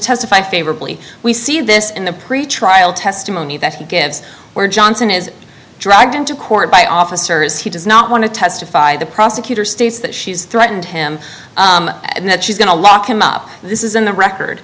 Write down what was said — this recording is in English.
testify favorably we see this in the pretrial testimony that he gives where johnson is dragged into court by officers he does not want to testify the prosecutor states that she's threatened him and that she's going to lock him up this is in the record